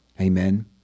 Amen